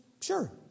Sure